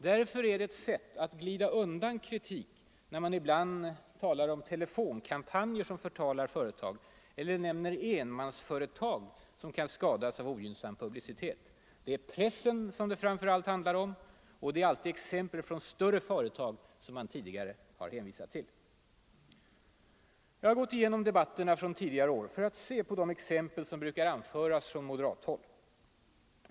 Därför är det ett sätt att glida undan kritik när man ibland talar om telefonkampanjer som förtalar företag eller nämner enmansföretag som kan skadas av ogynnsam publicitet. Det är pressen det framför allt handlar om, och det har alltid varit exempel från större företag som man tidigare hänvisat till. Jag har gått igenom debatterna från tidigare år för att se på de exempel som brukar anföras från moderathåll.